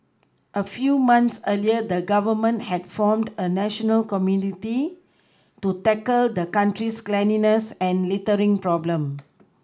a few months earlier the Government had formed a national committee to tackle the country's cleanliness and littering problem